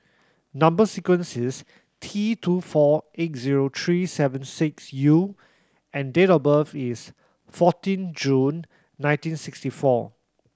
number sequence is T two four eight zero three seven six U and date of birth is fourteen June nineteen sixty four